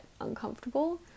uncomfortable